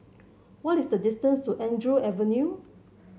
what is the distance to Andrew Avenue